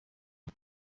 aya